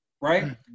right